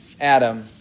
Adam